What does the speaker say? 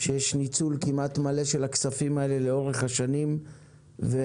כשיש ניצול כמעט מלא של הכספים האלה לאורך השנים ועשרות,